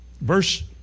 verse